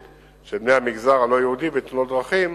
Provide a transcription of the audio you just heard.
של בני המגזר הלא-יהודי בתאונות דרכים